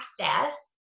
access